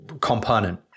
component